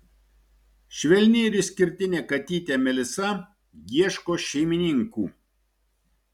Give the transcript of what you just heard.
švelni ir išskirtinė katytė melisa ieško šeimininkų